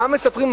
מה מספרים?